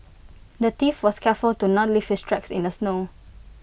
the thief was careful to not leave his tracks in the snow